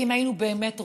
כי אם היינו באמת רוצים,